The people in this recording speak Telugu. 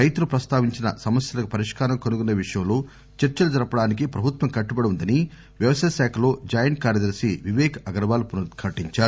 రైతులు ప్రస్తావించిన సమస్యలకు పరిష్కారం కనుకొసే విషయంలో చర్చలు జరపడానికి ప్రభుత్వం కట్టుబడి ఉందని వ్యవసాయ శాఖలో జాయింట్ కార్యదర్శి విపేక్ అగర్పాల్ పునరుద్ఘాటించారు